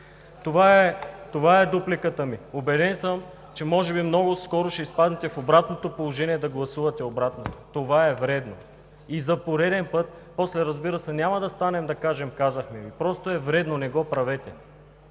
Това е дупликата ми. Убеден съм, че може би много скоро ще изпаднете в обратното положение – да гласувате обратно. Това е вредно. После, разбира се, няма да станем да кажем: казахме Ви. Просто е вредно, не го правете!